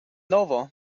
novo